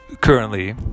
currently